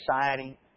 society